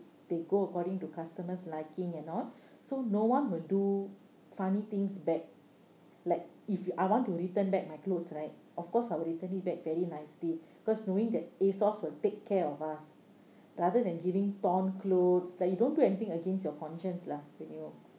they go according to customer's liking and all so no one will do funny things back like if I want to return back my clothes right of course I will return it back very nicely because knowing that a source will take care of us rather than giving torn clothes like you don't do anything against your conscience lah when you